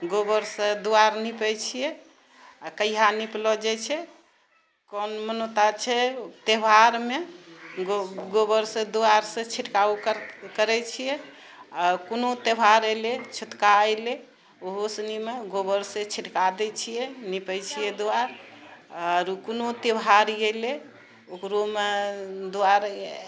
गोबरसँ द्वार निपैत छियै आ कहिया निपलो जाइत छै कओन मान्यता छै त्यौहारमे गोबरसँ द्वारसँ छिड़काव करैत छियै आ कओनो त्यौहार अयलेह छूतका अयलेह ओहो सनिमे गोबरसँ छिड़काव दैत छियै निपैत छियै द्वार आओर कओनो त्यौहार अयलह ओकरोमे द्वार